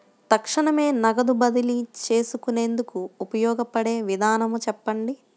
తక్షణమే నగదు బదిలీ చేసుకునేందుకు ఉపయోగపడే విధానము చెప్పండి?